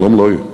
שלום לא יהיה.